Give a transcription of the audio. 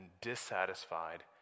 dissatisfied